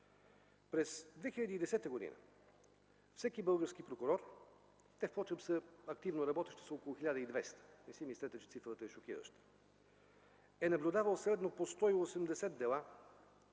През 2010 г. всеки български прокурор (впрочем активно работещи са около 1200 – не си мислете, че цифрата е шокираща) е наблюдавал средно по 180 дела,